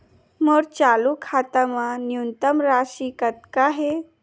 मोर चालू खाता मा न्यूनतम राशि कतना हे?